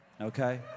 Okay